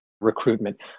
recruitment